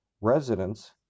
residents